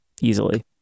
easily